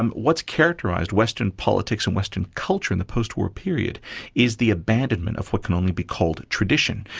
um what's characterised western politics and western culture in the post-war period is the abandonment of what can only be called tradition.